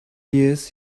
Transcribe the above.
years